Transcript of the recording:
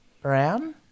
Brown